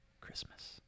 Christmas